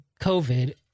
COVID